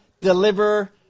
deliver